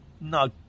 No